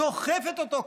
דוחפת אותו קדימה,